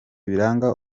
biranga